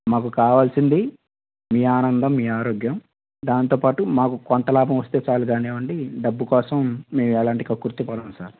మాకు కావాల్సింది మీ ఆనదం మీ ఆరోగ్యం దానితో పాటు మాకు కొంత లాభం వస్తే చాలు కానివ్వండి డబ్బు కోసం ఎలాంటి కక్కుర్తి పడం సార్